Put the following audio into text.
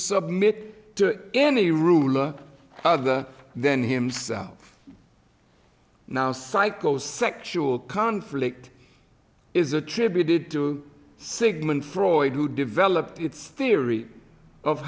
submit to any roula other than himself now psychosexual conflict is attributed to sigmund freud who developed its theory of